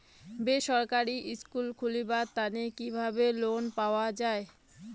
বেসরকারি স্কুল খুলিবার তানে কিভাবে লোন পাওয়া যায়?